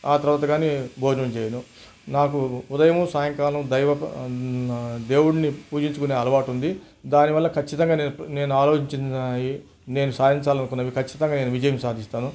ఆ తరవాత కానీ భోజనం చేయను నాకు ఉదయము సాయంకాలము దైవ దేవుణ్ణి పూజించుకునే అలవాటు ఉంది దానివల్ల ఖచ్చితంగా నేను నేను ఆలోచించినా నేను సాధించాలనుకున్నవి ఖచ్చితంగా నేను విజయం సాధిస్తాను